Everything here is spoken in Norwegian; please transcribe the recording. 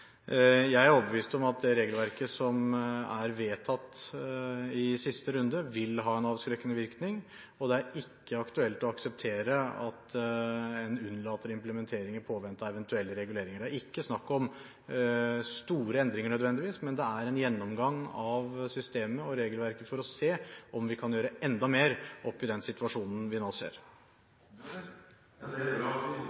Jeg er overbevist om at det regelverket som ble vedtatt i siste runde, vil ha en avskrekkende virkning, og det er ikke aktuelt å akseptere at en unnlater implementering i påvente av eventuelle reguleringer. Det er ikke nødvendigvis snakk om store endringer, men det er en gjennomgang av systemet og regelverket for å se om vi kan gjøre enda mer i den situasjonen vi nå